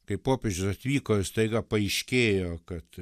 kai popiežius atvyko ir staiga paaiškėjo kad